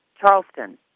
Charleston